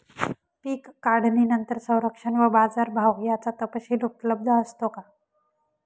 पीक काढणीनंतर संरक्षण व बाजारभाव याचा तपशील उपलब्ध असतो का?